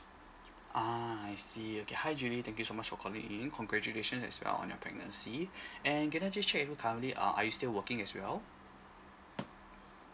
ah I see okay hi julie thank you so much for calling in congratulations as well on your pregnancy and can I just check with you currently uh are you still working as well